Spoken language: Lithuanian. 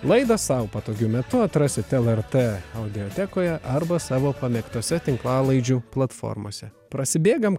laidą sau patogiu metu atrasit lrt audiotekoje arba savo pamėgtose tinklalaidžių platformose prasibėgam